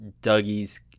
Dougie's